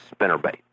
spinnerbait